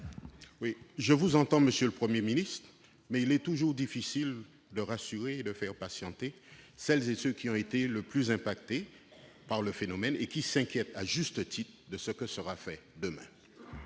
Je vous entends, monsieur le Premier ministre, mais il est toujours difficile de rassurer et de faire patienter celles et ceux qui ont été le plus impactés par le phénomène et qui s'inquiètent, à juste titre, de ce qui sera fait demain.